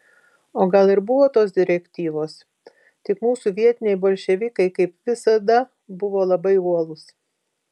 o gal ir buvo tos direktyvos tik mūsų vietiniai bolševikai kaip visada buvo labai uolūs